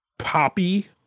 poppy